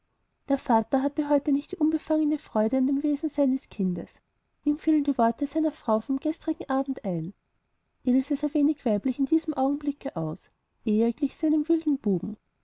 der vater hatte heute nicht die unbefangene freude an dem wesen seines kindes ihm fielen die worte seiner frau vom gestrigen abend ein ilse sah wenig weiblich in diesem augenblicke aus eher glich sie einem wilden buben